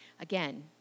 Again